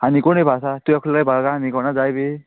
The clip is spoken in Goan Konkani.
आनी कोण येवपा आसा तूं एकलो येवपा कांय आनी कोणा जाय बी